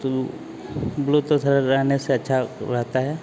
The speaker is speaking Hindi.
तू ब्लूतूथ रहने से अच्छा रहता है